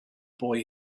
boy